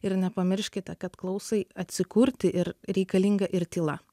ir nepamirškite kad klausai atsikurti ir reikalinga ir tyla